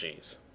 Gs